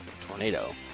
tornado